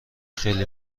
خیلی